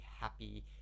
happy